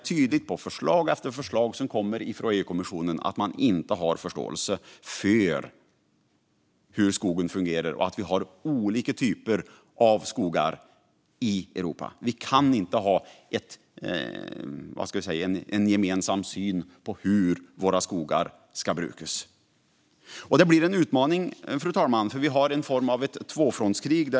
I förslag efter förslag från EU-kommissionen är det tydligt att man inte har förståelse för hur skogen fungerar. Vi har olika typer av skogar i Europa. Vi kan inte ha en gemensam syn på hur våra skogar ska brukas. Fru talman! Det blir en utmaning. Vi har en form av tvåfrontskrig.